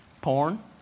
Porn